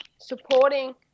supporting